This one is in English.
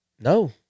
No